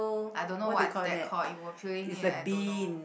I don't know what's that called you were peeling it I don't know